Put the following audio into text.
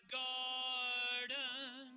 garden